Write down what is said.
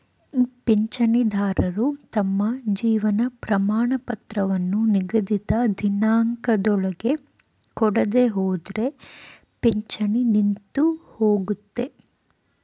ಪಿಂಚಣಿದಾರರು ತಮ್ಮ ಜೀವನ ಪ್ರಮಾಣಪತ್ರವನ್ನು ನಿಗದಿತ ದಿನಾಂಕದೊಳಗೆ ಕೊಡದೆಹೋದ್ರೆ ಪಿಂಚಣಿ ನಿಂತುಹೋಗುತ್ತೆ